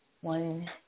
one